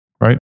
right